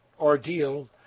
ordeal